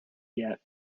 yet